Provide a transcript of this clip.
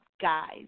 guys